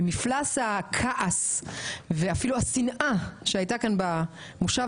ומפלס הכעס ואפילו השנאה שהייתה כאן במושב